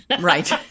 Right